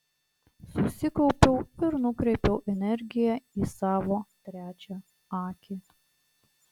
susikaupiau ir nukreipiau energiją į savo trečią akį